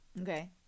Okay